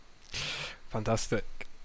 Fantastic